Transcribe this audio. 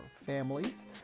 families